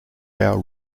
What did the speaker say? our